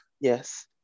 yes